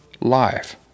life